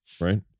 right